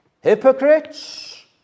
hypocrites